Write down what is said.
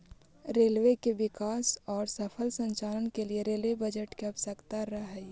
railway के विकास औउर सफल संचालन के लिए रेलवे बजट के आवश्यकता रहऽ हई